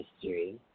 history